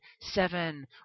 seven